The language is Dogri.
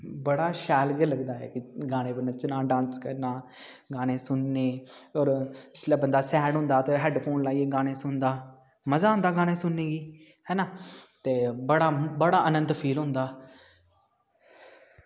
बड़ा शैल जेहा लगदा ऐ कि इक गाने उप्पर नच्चना डांस करना गाने सुनने होर जिसलै बंदा सेड होंदा ते हैडफोन लाइयै गाने सुनदा मजा आंदा गाना सुनने गी है ना ते बड़ा बड़ा आनंद फील होंदा